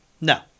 No